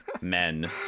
men